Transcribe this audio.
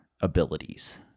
abilities